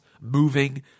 moving